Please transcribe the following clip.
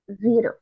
zero